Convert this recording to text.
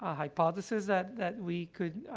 ah hypothesis that that we could,